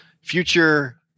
future